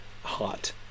hot